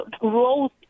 growth